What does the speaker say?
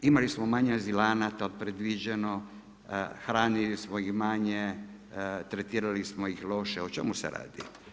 Imali smo manje azilanata od predviđeno, hranili smo ih manje, tretirali smo ih loše, o čemu se radi?